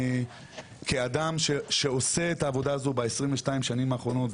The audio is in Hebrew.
כאדם שעושה את העבודה הזו ב-22 השנים האחרונות,